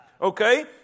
Okay